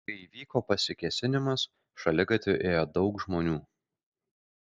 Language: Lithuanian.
kai įvyko pasikėsinimas šaligatviu ėjo daug žmonių